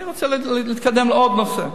אני רוצה להתקדם לעוד נושא,